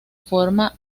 forma